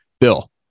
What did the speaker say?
bill